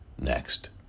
next